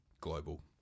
global